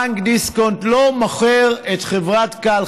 בנק דיסקונט לא מוכר את חברת Cal,